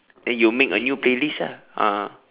then you make a new playlist lah ah